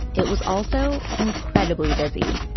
it was also incredibly busy.